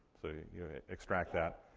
so you extract that.